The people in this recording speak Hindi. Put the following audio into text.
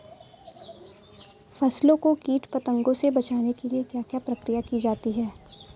फसलों को कीट पतंगों से बचाने के लिए क्या क्या प्रकिर्या की जाती है?